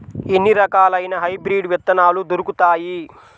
ఎన్ని రకాలయిన హైబ్రిడ్ విత్తనాలు దొరుకుతాయి?